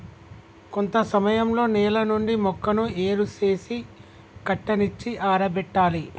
కొంత సమయంలో నేల నుండి మొక్కను ఏరు సేసి కట్టనిచ్చి ఆరబెట్టాలి